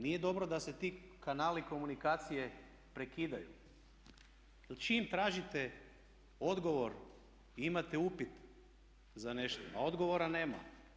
Nije dobro da se ti kanali komunikacije prekidaju, pa čim tražite odgovor imate upit za nešto, a odgovora nema.